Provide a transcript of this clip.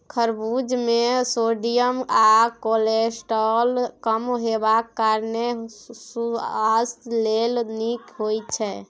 खरबुज मे सोडियम आ कोलेस्ट्रॉल कम हेबाक कारणेँ सुआस्थ लेल नीक होइ छै